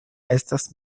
estas